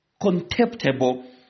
contemptible